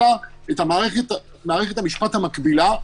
אלא את מערכת המשפט המקבילה,